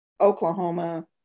Oklahoma